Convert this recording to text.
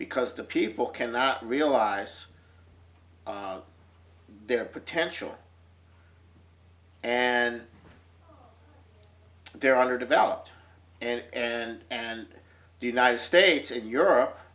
because the people cannot realize their potential and there are developed and and and the united states and europe